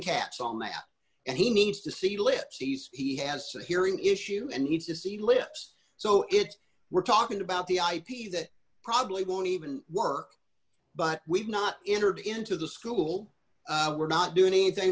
cats on that and he needs to see lip sees he has a hearing issue and needs to see lips so it's we're talking about the ip that probably won't even work but we've not entered into the school we're not doing anything